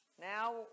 now